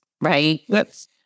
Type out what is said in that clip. right